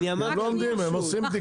הם לא עומדים, הם עושים בדיקה ובסדר.